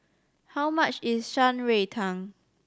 how much is Shan Rui Tang